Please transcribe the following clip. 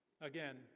Again